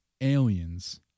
aliens